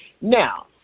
Now